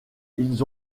ils